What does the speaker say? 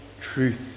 truth